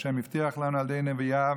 והשי"ת הבטיח לנו על ידי נביאיו